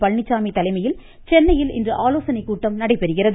பழனிச்சாமி தலைமையில் சென்னையில் இன்று ஆலோசனைக்கூட்டம் நடைபெறுகிறது